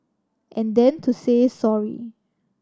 and then to say sorry